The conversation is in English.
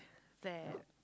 that